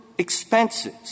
Expenses